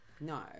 No